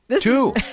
Two